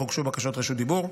אך הוגשו בקשות רשות דיבור.